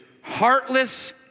heartless